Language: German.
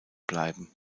bleiben